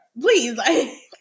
Please